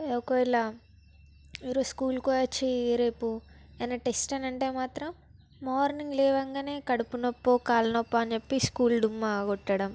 ఒకవేళ ఈరోజు స్కూలుకు పోయి వచ్చి రేపు ఏమన్నా టెస్ట్ అని అంటే మాత్రం మార్నింగ్ లేవగానే కడుపునొప్పి కాలునొప్పి అని చెప్పి డుమ్మా కొట్టడం